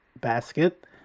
basket